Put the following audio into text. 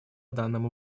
данному